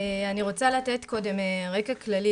אני רוצה לתת קודם רקע כללי,